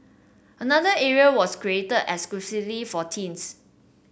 another area was created exclusively for teens